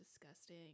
disgusting